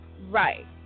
Right